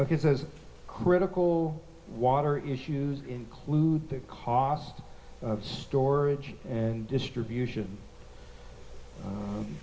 it's as critical water issues include the cost of storage and distribution